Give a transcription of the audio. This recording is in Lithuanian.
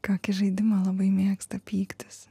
kokį žaidimą labai mėgsta pyktis